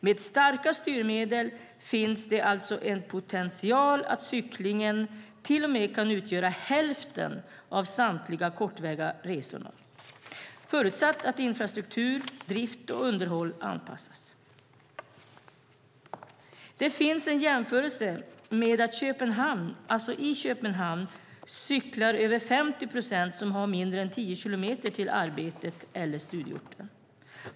Med starka styrmedel finns det alltså en potential att cykling till och med kan utgöra hälften av samtliga kortväga resor, förutsatt att infrastruktur, drift och underhåll anpassas. Det finns en jämförelse med att i Köpenhamn cyklar över 50 procent som har mindre än tio kilometer till arbetet eller studieorten.